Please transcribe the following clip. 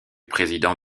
président